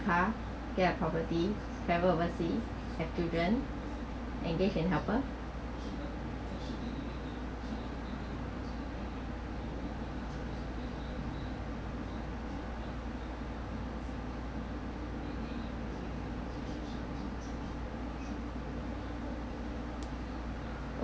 car get a property travel oversea have children engaged in helper